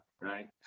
Right